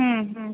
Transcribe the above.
হুম হুম